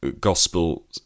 gospel